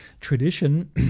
tradition